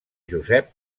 josep